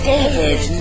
David